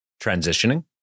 transitioning